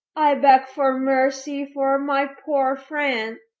i beg for mercy for my poor friend,